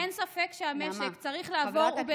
אין ספק שהמשק צריך לעבור,